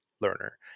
learner